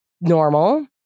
normal